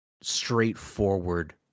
straightforward